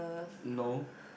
no